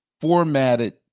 formatted